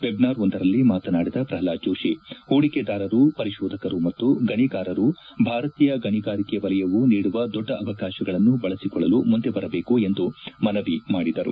ವೆಬ್ನಾರ್ವೊಂದರಲ್ಲಿ ಮಾತನಾಡಿದ ಪ್ರಲ್ವಾದ್ ಜೋಶಿ ಹೂಡಿಕೆದಾರರು ಪರಿಶೋಧಕರು ಮತ್ತು ಗಣಿಗಾರರು ಭಾರತೀಯ ಗಣಿಗಾರಿಕೆ ವಲಯವು ನೀಡುವ ದೊಡ್ಡ ಅವಕಾಶಗಳನ್ನು ಬಳಸಿಕೊಳ್ಳಲು ಮುಂದೆ ಬರಬೇಕು ಎಂದು ಮನವಿ ಮಾಡಿದರು